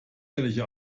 ehrliche